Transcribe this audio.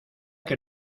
que